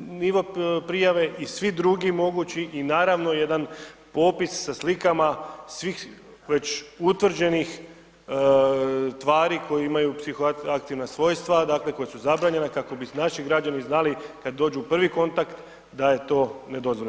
nivo prijave i svi drugi mogući i naravno jedan popis sa slikama svih već utvrđenih tvari koje imaju psihoaktivna svojstva, dakle, koja su zabranjena, kako bi naši građani znali kad dođu u prvi kontakt da je to nedozvoljeno.